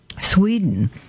Sweden